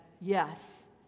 yes